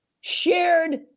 shared